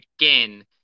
again